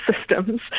systems